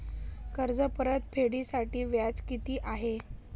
कर्ज परतफेडीसाठी व्याज किती आहे?